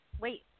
wait